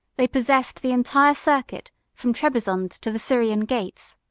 they possessed the entire circuit from trebizond to the syrian gates.